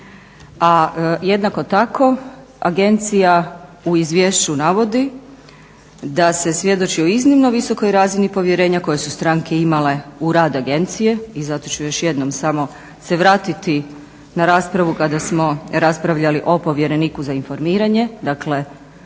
a jednako tako agencija u izvješću navodi da se svjedoči o iznimno visokoj razini povjerenja koje su stranke imale u rad agencije. I zato ću još jednom samo se vratiti na raspravu kada smo raspravljali o povjereniku za informiranje, dakle